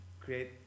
create